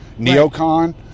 Neocon